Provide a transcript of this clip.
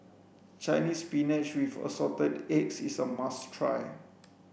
Chinese spinach with assorted eggs is a must try